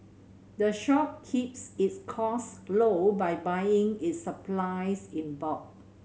the shop keeps its cost low by buying its supplies in bulk